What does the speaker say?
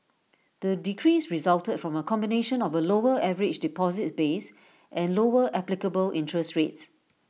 the decrease resulted from A combination of A lower average deposits base and lower applicable interest rates